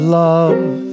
love